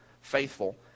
faithful